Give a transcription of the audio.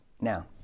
Now